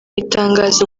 itangazo